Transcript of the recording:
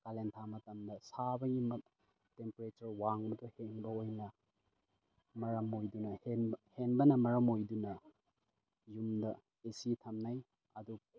ꯀꯥꯂꯦꯟ ꯊꯥ ꯃꯇꯝꯗ ꯁꯥꯕꯒꯤ ꯇꯦꯝꯄꯦꯔꯦꯆꯔ ꯋꯥꯡꯕꯗ ꯍꯦꯟꯕ ꯑꯣꯏꯅ ꯃꯔꯝ ꯑꯣꯏꯗꯨꯅ ꯍꯦꯟꯕꯅ ꯃꯔꯝ ꯑꯣꯏꯗꯨꯅ ꯌꯨꯝꯗ ꯑꯦ ꯁꯤ ꯊꯝꯅꯩ ꯑꯗꯨ